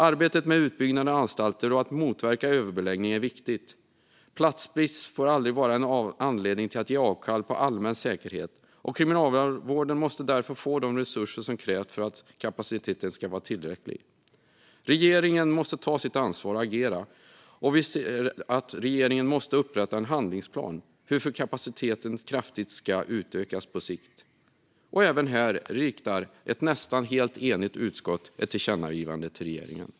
Arbetet med utbyggnad av anstalter och att motverka överbeläggning är viktigt. Platsbrist får aldrig vara en anledning att göra avkall på allmän säkerhet, och Kriminalvården måste därför få de resurser som krävs för att kapaciteten ska vara tillräcklig. Regeringen måste ta sitt ansvar och agera, och vi anser att regeringen måste upprätta en handlingsplan för hur kapaciteten på sikt ska utökas kraftigt. Även här vill ett nästan helt enigt utskott rikta ett tillkännagivande till regeringen.